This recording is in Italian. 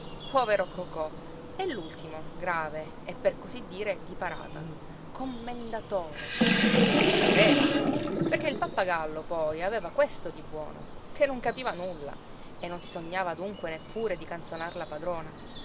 cocò e l'ultimo grave e per cosí dire di parata commen-da-to-re pareva perché il pappagallo poi aveva questo di buono che non capiva nulla e non si sognava dunque neppure di canzonar la padrona